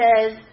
says